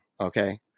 Okay